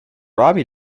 robbie